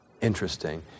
Interesting